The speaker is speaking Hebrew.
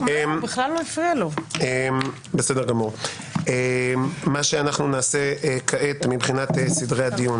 אני אומר מה שאנחנו נעשה כעת מבחינת סדרי הדיון.